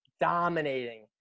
dominating